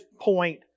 point